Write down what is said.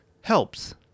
helps